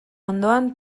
ondoan